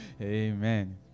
amen